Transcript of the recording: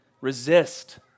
resist